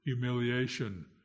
humiliation